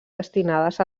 destinades